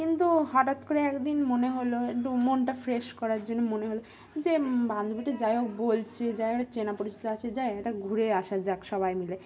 কিন্তু হঠাৎ করে একদিন মনে হলো একটু মনটা ফ্রেশ করার জন্য মনে হলো যে বান্ধবীটা যাই হোক বলছে যা হোক চেনা পরিচিত আছে যায়গাটা ঘুরে আসা যাক সবাই মিলে